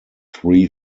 three